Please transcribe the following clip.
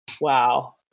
Wow